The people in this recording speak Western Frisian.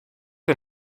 der